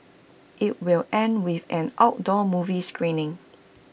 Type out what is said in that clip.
IT will end with an outdoor movie screening